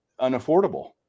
unaffordable